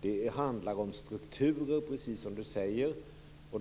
Det handlar om strukturer, precis som Karin Pilsäter säger.